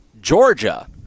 Georgia